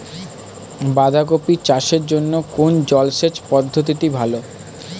বাঁধাকপি চাষের জন্য কোন জলসেচ পদ্ধতিটি ভালো?